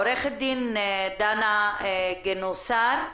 עו"ד דנה גנוסר,